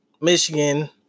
Michigan